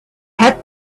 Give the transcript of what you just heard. had